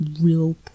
real